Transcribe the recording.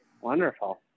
Wonderful